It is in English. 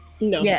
No